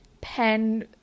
pen